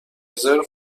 رزرو